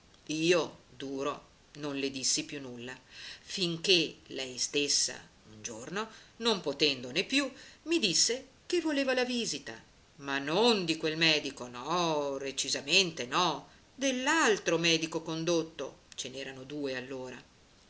io duro non le dissi più nulla finché lei stessa un giorno non potendone più mi disse che voleva la visita ma non di quel medico no recisamente no dell'altro medico condotto ce